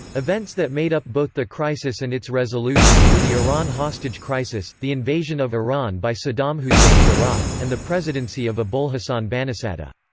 events that made up both the crisis and its resolution were the iran hostage crisis, the invasion of iran by saddam hussein's iraq, and the presidency of abolhassan banisadr.